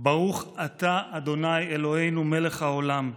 "ברוך אתה ה', אלוהינו מלך העולם,